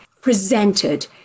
presented